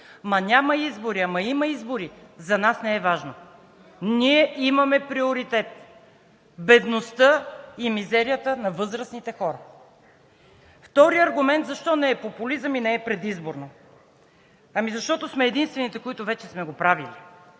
Ма няма избори, ама има избори, за нас не е важно. Ние имаме приоритет – бедността и мизерията на възрастните хора. Втори аргумент: защо не е популизъм и не е предизборно? Защото сме единствените, които вече сме го правили.